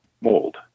mold